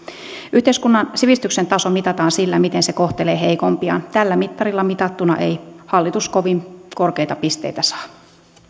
yhteiskunnan sivistyksen taso mitataan sillä miten se kohtelee heikoimpiaan tällä mittarilla mitattuna ei hallitus kovin korkeita pisteitä saa